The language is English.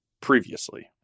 previously